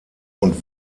und